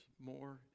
more